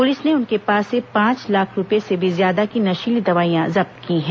police ने उनके पास से पांच लाख रूपए से भी ज्यादा की नशीली दवाइयां जब्त की है